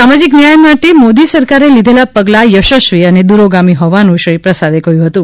સામાજિક ન્યાય માટે મોદી સરકારે લીધેલા પગલાં યશસ્વી અને દૂરોગામી હોવાનું શ્રી પ્રસાદે કહ્યું હતું